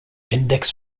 index